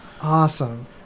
Awesome